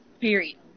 Period